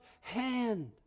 hand